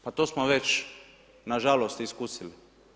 Pa to smo već, nažalost iskusili.